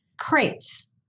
crates